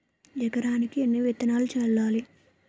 ఎకరానికి ఎన్ని విత్తనాలు చల్లాలి?